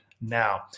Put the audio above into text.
now